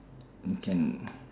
can